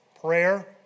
prayer